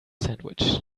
sandwich